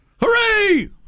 Hooray